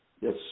Yes